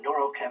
neurochemistry